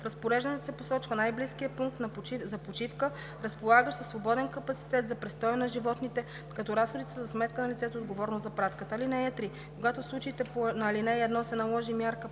разпореждането се посочва най-близкият пункт за почивка, разполагащ със свободен капацитет за престой на животните, като разходите са за сметка на лицето, отговорно за пратката. (3) Когато в случаите на ал. 1 се наложи мярка